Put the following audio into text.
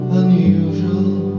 unusual